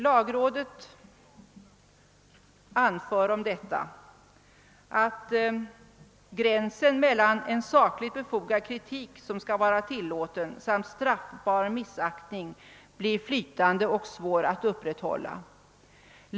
Lagrådet anför om detta: »Gränsen mellan sakligt befogad kritik som skall vara tillåten samt straffbar missaktning blir i sådana fall flytande och svår att upprätthålla.